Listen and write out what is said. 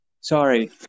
Sorry